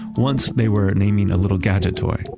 once they were naming a little gadget toy,